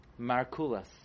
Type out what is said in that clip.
markulas